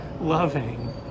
loving